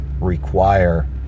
require